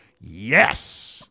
Yes